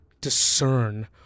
discern